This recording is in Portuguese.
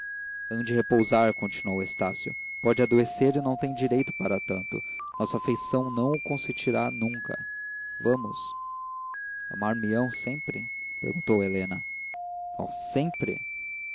natural ande repousar continuou estácio pode adoecer e não tem direito para tanto nossa afeição não o consentirá nunca vamos amar me ão sempre perguntou helena oh sempre